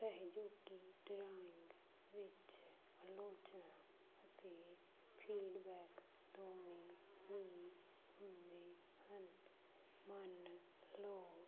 ਸਹਿਯੋਗੀ ਡਰਾਇੰਗ ਵਿੱਚ ਅਤੇ ਫੀਡਬੈਕ ਦੋ ਮੁੱਖ ਹੁੰਦੇ ਹਨ ਮੰਨ ਲਓ